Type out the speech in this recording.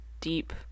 deep